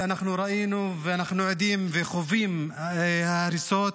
אנחנו ראינו, ואנחנו עדים וחווים הריסות.